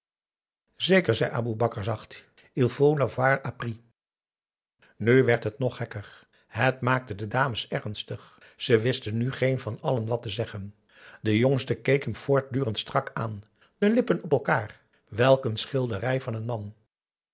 aboe bakar zacht il faut l'avoir appris nu werd het nog gekker het maakte de dames ernstig ze wisten nu geen van allen wat te zeggen de jongste keek hem voortdurend strak aan de lippen op elkaar welk een schilderij van n man